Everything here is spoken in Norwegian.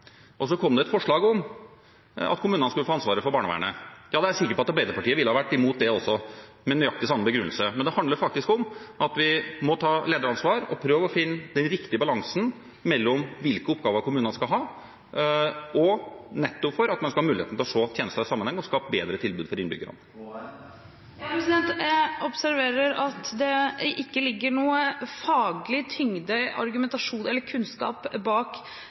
det så kom et forslag om at kommunene skulle ta ansvaret for barnevernet, ville Arbeiderpartiet vært imot det også, med nøyaktig samme begrunnelse. Men det handler faktisk om at vi må ta lederansvar og prøve å finne den riktige balansen når det gjelder hvilke oppgaver kommunene skal ha – nettopp for at man skal ha muligheten til å se tjenester i sammenheng og skape bedre tilbud for innbyggerne. Jeg observerer at det ikke ligger noen faglig tyngde, argumentasjon eller kunnskap bak